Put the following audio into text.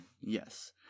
Yes